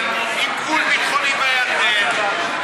עם פול ביטחוני בירדן,